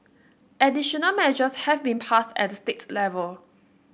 additional measures have been passed at the states level